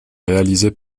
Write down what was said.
réalisée